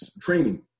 training